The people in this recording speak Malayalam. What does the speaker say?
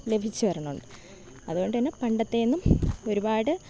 ലഭിച്ചു വരുന്നുണ്ട് അതുകൊണ്ട് തന്നെ പണ്ടത്തേന്നും ഒരുപാട്